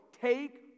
take